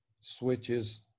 switches